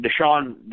Deshaun